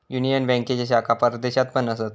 union बँकेचे शाखा परदेशात पण असत